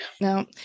Now